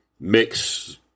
Mix